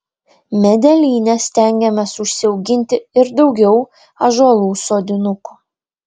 medelyne stengiamės užsiauginti ir daugiau ąžuolų sodinukų